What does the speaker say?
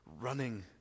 running